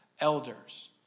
Elders